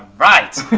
right.